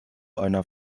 einer